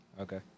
Okay